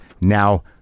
now